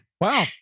Wow